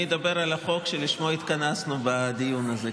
אני אדבר על החוק שלשמו התכנסנו בדיון הזה.